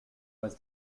was